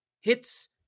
hits